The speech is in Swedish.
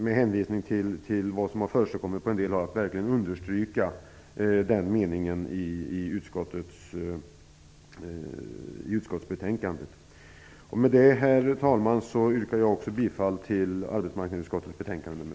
Med hänvisning till vad som har förekommit på en del håll tycker jag att det finns anledning att understryka den meningen. Herr talman! Med det anförda yrkar jag bifall till hemställan i arbetsmarknadsutskottets betänkande nr